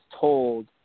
told